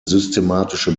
systematische